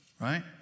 Right